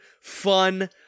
fun